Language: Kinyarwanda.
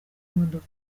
imodoka